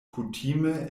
kutime